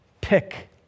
pick